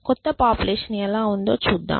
క్రొత్త పాపులేషన్ ఎలా ఉందో చూద్దాం